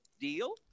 Deal